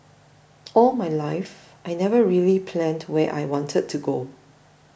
all my life I never really planned where I wanted to go